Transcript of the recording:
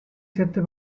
sette